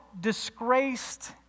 disgraced